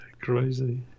Crazy